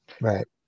right